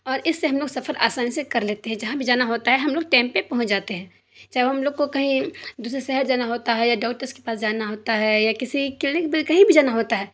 اور اس سے ہم لوگ سفر آسانی سے کر لیتے ہیں جہاں بھی جانا ہوتا ہے ہم لوگ ٹئم پہ پہنچ جاتے ہیں چاہے وہ ہم لوگوں کو کہیں دوسرے سہر جانا ہوتا ہے یا ڈاکٹرس کے پاس جانا ہوتا ہے یا کسی کلینک پہ کہیں بھی جانا ہوتا ہے